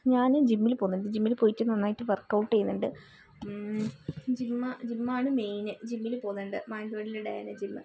ഞാനും ജിമ്മിൽ പോവുന്നുണ്ട് ജിമ്മിൽ പോയിട്ട് നന്നായിട്ട് വർകൗട്ട് ചെയ്യുന്നുണ്ട് ജിം ജിമ്മാണ് മെയിന് ജിമ്മില് പോവുന്നുണ്ട് മാനന്തവാടിയിലുള്ള ഡയാന ജിമ്മ്